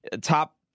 top